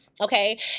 Okay